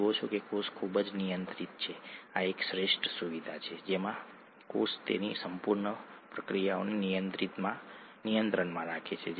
ડિઓક્સિરીબોઝના કિસ્સામાં તમને બે પ્રાઇમ પોઝિશનમાં એચ હોય છે રિબોઝના કિસ્સામાં તમને બે પ્રાઇમ પોઝિશનમાં ઓએચ હોય છે